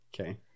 okay